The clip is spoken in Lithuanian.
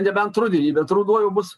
nebent rudenį bet ruduo jau bus